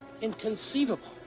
Inconceivable